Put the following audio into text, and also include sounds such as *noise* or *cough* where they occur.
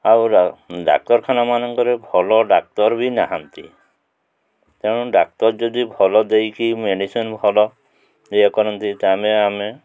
ଆଉ *unintelligible* ଡାକ୍ତରଖାନାମାନଙ୍କରେ ଭଲ ଡାକ୍ତର ବି ନାହାନ୍ତି ତେଣୁ ଡାକ୍ତର ଯଦି ଭଲ ଦେଇକି ମେଡ଼ିସିନ୍ ଭଲ ଇଏ କରନ୍ତି *unintelligible* ଆମେ